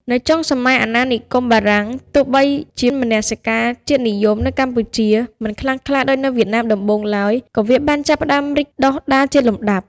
នៅចុងសម័យអាណានិគមបារាំង ទោះបីជាមនសិការជាតិនិយមនៅកម្ពុជាមិនខ្លាំងក្លាដូចនៅវៀតណាមដំបូងឡើយ ក៏វាបានចាប់ផ្តើមរីកដុះដាលជាលំដាប់។